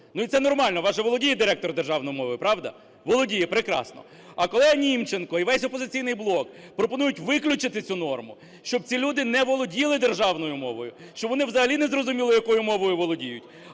І це нормально, у вас же володіє директор державною мовою, правда? Володіє, прекрасно. А колега Німченко і весь "Опозиційний блок" пропонують виключити цю норму, щоб ці люди не володіли державною мовою, щоб вони взагалі не зрозуміли, якою мовою володіють.